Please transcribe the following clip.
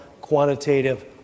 quantitative